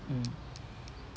mm